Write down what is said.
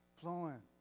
flowing